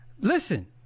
Listen